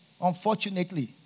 unfortunately